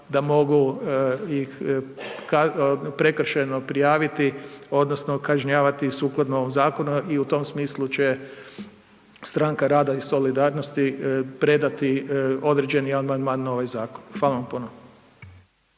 da mogu ih prekršajno prijaviti, odnosno kažnjavati sukladno zakonu i u tom smislu će Stranka rada i solidarnosti predati određeni amandman na ovaj zakon. Hvala vam puno.